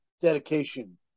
dedication